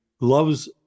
loves